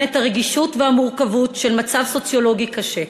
את הרגישות והמורכבות של מצב סוציולוגי קשה.